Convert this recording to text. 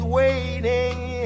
waiting